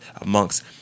amongst